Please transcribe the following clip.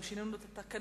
גם שינינו את התקנון,